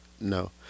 No